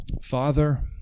Father